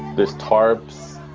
this tarps,